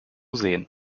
sehen